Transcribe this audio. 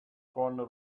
corner